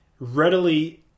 readily